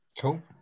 Cool